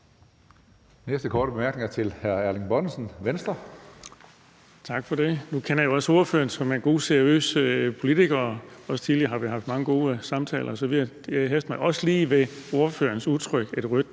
Næste korte bemærkning er til hr. Erling Bonnesen, Venstre. Kl. 16:43 Erling Bonnesen (V): Tak for det. Nu kender jeg også ordføreren som en god og seriøs politiker, og tidligere har vi også haft mange gode samtaler osv. Jeg hæftede mig også lige ved ordførerens udtryk et rødt